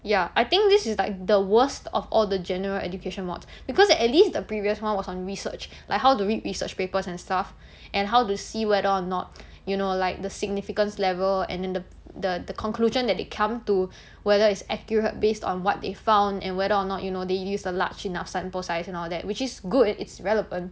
ya I think this is like the worst of all the general education mods because at least the previous one was on research like how to read research papers and stuff and how to see whether or not you know like the significance level and then the the conclusion that they come to whether is accurate based on what they found and whether or not you know they use a large enough sample size and all of that which is good it's relevant